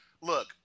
look